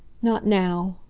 not now.